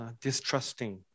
distrusting